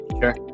Sure